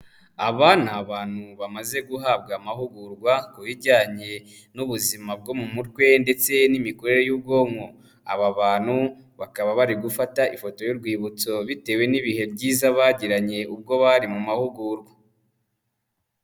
Aba ni abantu bamaze guhabwa amahugurwa ku bijyanye n'ubuzima bwo mu mutwe ndetse n'imikorere y'ubwonko, aba bantu bakaba bari gufata ifoto y'urwibutso, bitewe n'ibihe byiza bagiranye ubwo bari mu mahugurwa.